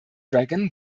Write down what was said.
dragon